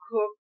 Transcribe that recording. Cook